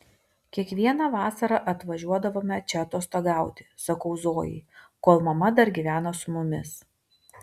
kiekvieną vasarą atvažiuodavome čia atostogauti sakau zojai kol mama dar gyveno su mumis